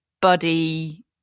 buddy